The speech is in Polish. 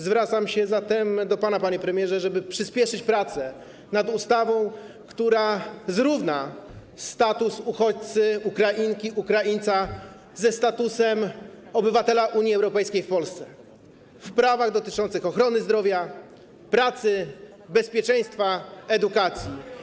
Zwracam się zatem do pana, panie premierze, żeby przyspieszyć prace nad ustawą, która zrówna status uchodźcy, Ukrainki, Ukraińca, ze statusem obywatela Unii Europejskiej w Polsce w prawach dotyczących ochrony zdrowia, pracy, bezpieczeństwa i edukacji.